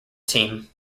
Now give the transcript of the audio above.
team